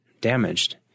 damaged